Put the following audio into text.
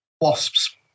wasps